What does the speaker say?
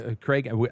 Craig